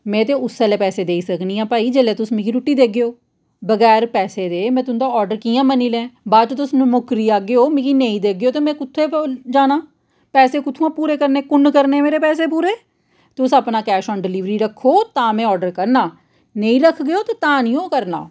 में ते उसलै पैसे देई सकनी आं भई जिसलै तुस मिगी रुट्टी देगेओ बगैर पैसे दे मी तुंदा आर्डर कि'यां मन्नी लैं बाद च तुस न मुक्करी जागेओ मिगी नेई देगेओ ते मी पैसे कुत्थुआं पूरे करने कुन्न करने मेरे पैसे पूरे तुस अपना कैश आन डिलिवरी रक्खो तां में आर्डर करना नेईं रक्खगेओ ते तां नेइयों करना